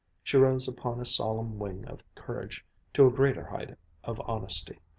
she rose upon a solemn wing of courage to a greater height of honesty.